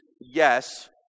yes